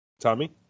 Tommy